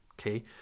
Okay